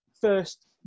first